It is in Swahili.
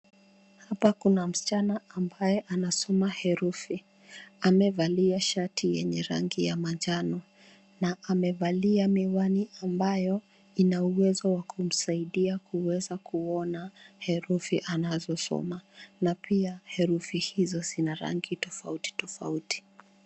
Hapa kuna msichana ambaye anasoma herufi. Amevalia shati yenye rangi ya manjano na amevalia miwani ambayo ina uwezo wa kumsaidia kuweza kuona herufi anazosoma na pia herufi hizo zina rangi tofauti tofauti.